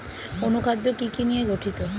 অনুখাদ্য কি কি নিয়ে গঠিত?